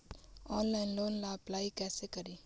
Online loan ला apply कैसे करी?